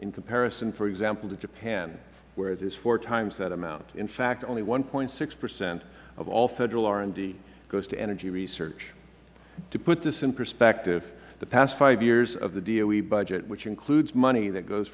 in comparison for example to japan where it is four times that amount in fact only one point six percent of all federal r and d goes to energy research to put this in perspective the past five years of the doe budget which includes money that